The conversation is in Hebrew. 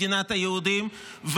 מדינת היהודים,